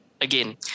again